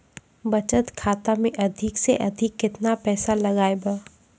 बचत खाता मे अधिक से अधिक केतना पैसा लगाय ब?